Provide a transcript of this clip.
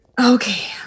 Okay